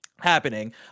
happening